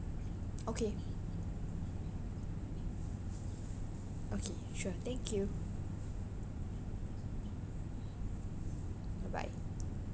okay okay sure thank you bye bye